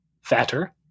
fatter